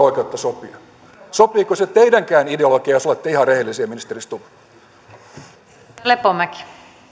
oikeutta sopia sopiiko se teidänkään ideologiaanne jos olette ihan rehellinen ministeri stubb